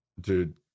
Dude